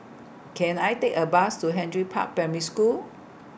Can I Take A Bus to Henry Park Primary School